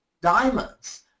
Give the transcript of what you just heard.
diamonds